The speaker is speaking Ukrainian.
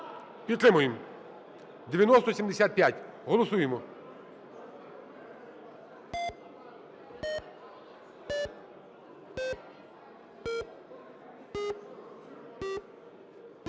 підтримуємо. 9075, голосуємо.